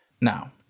Now